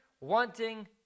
wanting